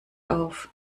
auf